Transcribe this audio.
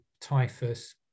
typhus